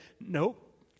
nope